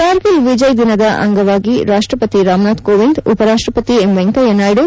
ಕಾರ್ಗಿಲ್ ವಿಜಯ ದಿನದ ಅಂಗವಾಗಿ ರಾಷ್ಷಪತಿ ರಾಮನಾಥ್ ಕೋವಿಂದ್ ಉಪರಾಷ್ಷಪತಿ ಎಂ ವೆಂಕಯ್ಲನಾಯ್ತು